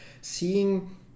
Seeing